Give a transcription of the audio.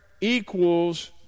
equals